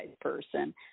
person